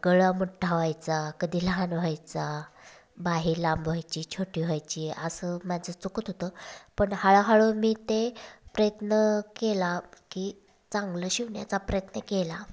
गळा मोठा व्हायचा कधी लहान व्हायचा बाही लांब व्हायची छोटी व्हायची असं माझं चुकत होतं पण हळूहळू मी ते प्रयत्न केला की चांगलं शिवण्याचा प्रयत्न केला